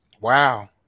wow